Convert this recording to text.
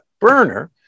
burner